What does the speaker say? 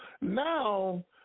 Now